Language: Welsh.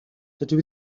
dydw